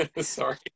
Sorry